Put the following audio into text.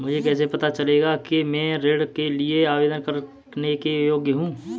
मुझे कैसे पता चलेगा कि मैं ऋण के लिए आवेदन करने के योग्य हूँ?